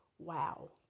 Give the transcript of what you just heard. Wow